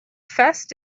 face